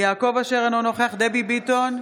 יעקב אשר, אינו נוכח דבי ביטון,